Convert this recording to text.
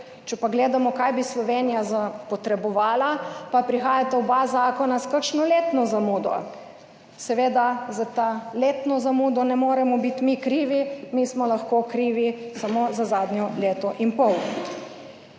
če pa gledamo kaj bi Slovenija potrebovala, pa prihajata oba zakona s kakšno letno zamudo. Seveda za to letno zamudo ne moremo biti mi krivi, mi smo lahko krivi samo za zadnje leto in pol.